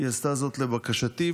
היא עשתה זאת לבקשתי,